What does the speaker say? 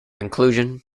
inclusion